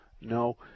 No